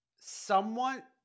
somewhat